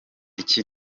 iki